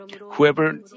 Whoever